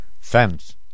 Fence